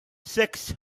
six